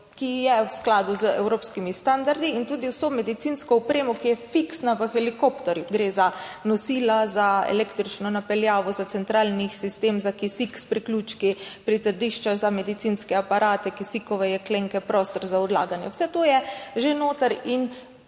ki je v skladu z evropskimi standardi, in tudi za vso medicinsko opremo, ki je fiksna v helikopterju, gre za nosila, za električno napeljavo, za centralni sistem za kisik s priključki, pritrdišča za medicinske aparate, kisikove jeklenke, prostor za odlaganje. Vse to je že notri.